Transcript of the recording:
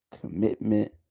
commitment